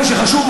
מה שחשוב,